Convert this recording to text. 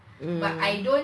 um